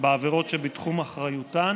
בעבירות שבתחום אחריותן